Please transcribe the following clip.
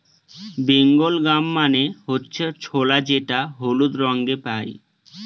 Bengal gram মানে হচ্ছে ছোলা যেটা হলুদ রঙে পাই